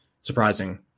surprising